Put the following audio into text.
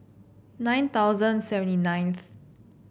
nine thousand seventy ninth